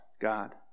God